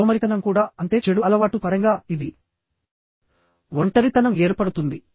సోమరితనం కూడా అంతే చెడు అలవాటు పరంగాఇది ఒంటరితనం ఏర్పడుతుంది